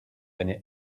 eine